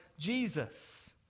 Jesus